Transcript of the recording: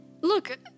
Look